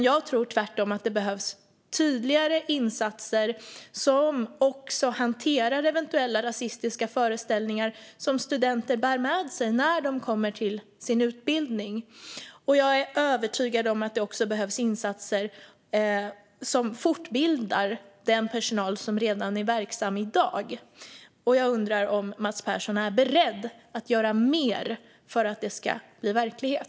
Jag tror tvärtom att det behövs tydligare insatser som också hanterar eventuella rasistiska föreställningar som studenter bär med sig när de kommer till sin utbildning, och jag är övertygad om att det också behövs insatser som fortbildar den personal som redan är verksam i dag. Jag undrar om Mats Persson är beredd att göra mer för att det ska bli verklighet.